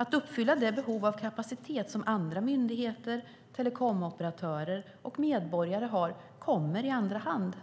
Att uppfylla det behov av kapacitet som andra myndigheter, telekomoperatörer och medborgare har kommer i andra hand.